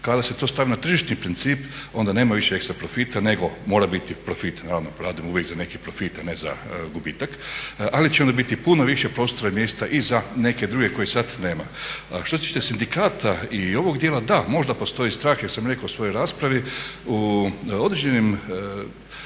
Kada se to stavi na tržišni princip onda nema više ekstra profita nego mora biti profit, naravno pa radimo uvijek za neke profite, ne za gubitak, ali će onda biti puno više prostora i mjesta i za neke druge kojih sad nema. Što se tiče sindikata i ovog dijela, da, možda postoji strah, jer sam rekao u svojoj raspravi, u određenim